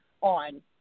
on